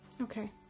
okay